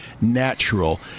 natural